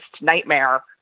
nightmare